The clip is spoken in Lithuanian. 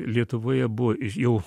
lietuvoje buvo jau